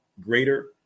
greater